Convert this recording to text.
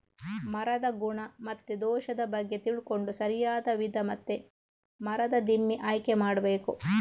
ಮರದ ಗುಣ ಮತ್ತೆ ದೋಷದ ಬಗ್ಗೆ ತಿಳ್ಕೊಂಡು ಸರಿಯಾದ ವಿಧ ಮತ್ತೆ ಮರದ ದಿಮ್ಮಿ ಆಯ್ಕೆ ಮಾಡಬೇಕು